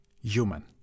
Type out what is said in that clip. human